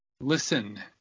listen